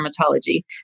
dermatology